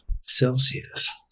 Celsius